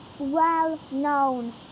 well-known